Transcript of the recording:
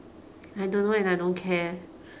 I don't know and I don't care